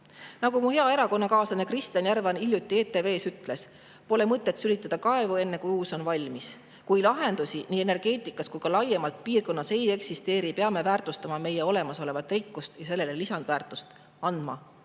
Nagu mu hea erakonnakaaslane Kristjan Järvan hiljuti ETV-s ütles, pole mõtet sülitada kaevu enne, kui uus on valmis. Kui lahendusi ei energeetikas ega ka laiemalt piirkonnas ei eksisteeri, siis peame väärtustama meie olemasolevat rikkust ja sellele lisandväärtust andma,